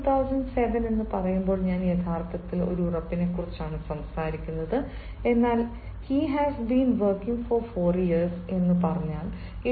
ഇപ്പോൾ 2007 എന്ന് പറയുമ്പോൾ ഞാൻ യഥാർത്ഥത്തിൽ ഒരു ഉറപ്പിനെ കുറിച്ചാണ് സംസാരിക്കുന്നത് എന്നാൽ he has been working for four years he has been working for 4 years എന്ന് പറഞ്ഞാൽ